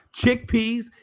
chickpeas